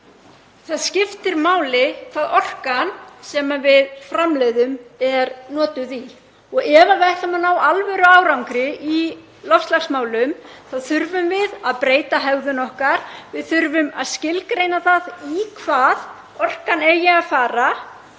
Það skiptir máli í hvað orkan sem við framleiðum er notuð. Ef við ætlum að ná alvöruárangri í loftslagsmálum þurfum við að breyta hegðun okkar. Við þurfum að skilgreina það í hvað orkan eigi að fara